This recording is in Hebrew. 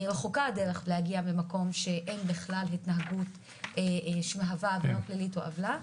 רחוקה דרך להגיע למקום שאין בכלל התנהגות שמהווה עבירה פלילית או עוולה,